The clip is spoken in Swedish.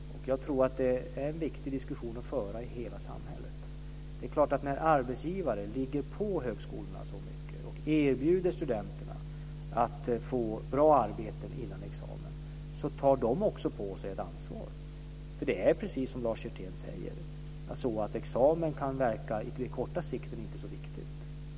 Jag tror att det är en viktig diskussion att föra i hela samhället. Det är klart att när arbetsgivare ligger på högskolorna så mycket och erbjuder studenterna bra arbeten innan examen, tar de också på sig ett ansvar, för det är precis så som Lars Hjertén säger, att en examen på kort sikt kan verka inte så viktig.